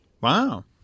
Wow